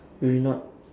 we're not